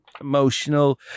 emotional